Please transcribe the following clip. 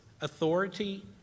authority